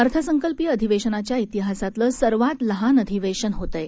अर्थसंकल्पीय अधिवेशनाच्या तिहासातलं सर्वात लहान अधिवेशन होतय